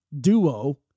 duo